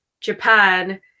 Japan